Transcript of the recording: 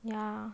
ya